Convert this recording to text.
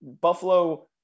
Buffalo